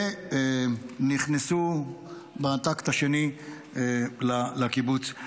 ונכנסו בטקט השני לקיבוץ.